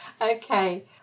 Okay